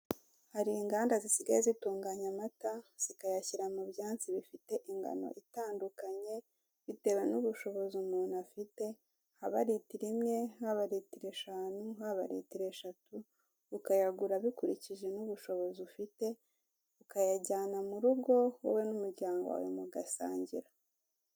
Hari inganda zisigaye zitunganya amata zikayashyira mu byansi bifite ingano itandukanye bitewe n'ubushobozi umuntu afite haba kitiro imwe, haba litiro eshanu, haba litiro eshatu ukayagura bikurikije n'ubushobozi ufite ukayajyana mu rugo wowe n'umuryango wawe mugasangira.